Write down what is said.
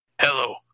Hello